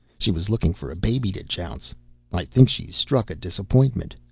she was looking for a baby to jounce i think she's struck a disapp'intment.